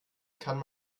kann